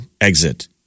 exit